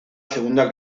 segunda